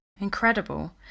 Incredible